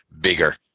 bigger